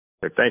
Thank